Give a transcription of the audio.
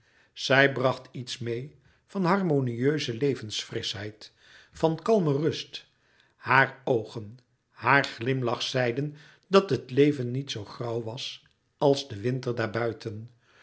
zij bracht iets meê van harmonieuze levensfrischheid van kalme rust haar oogen haar glimlach zeiden dat het leven niet zoo grauw was als de winter daar buiten